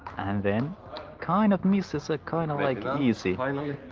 then kind of misses are kind of like like easy